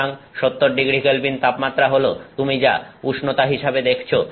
সুতরাং 70ºK তাপমাত্রা হল তুমি যা উষ্ণতা হিসাবে দেখছো